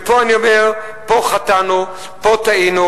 ופה אני אומר: פה חטאנו, פה טעינו.